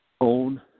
Own